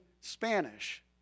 Spanish